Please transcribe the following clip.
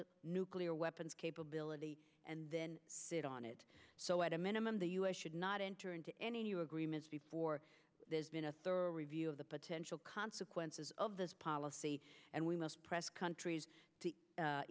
nuclear weapons capability and then sit on it so at a minimum the u s should not enter into any new agreements before there's been a thorough review of the potential consequences of this policy and we must press countries